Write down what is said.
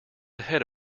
ahead